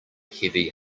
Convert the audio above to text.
heavy